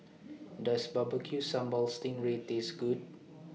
Does Barbecue Sambal Sting Ray Taste Good